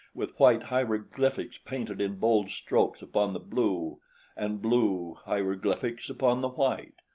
with white hieroglyphics painted in bold strokes upon the blue and blue hieroglyphics upon the white.